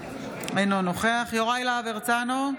אינו נוכח יוראי להב הרצנו,